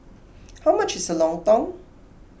how much is Lontong